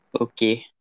Okay